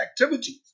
activities